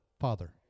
father